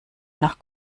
nach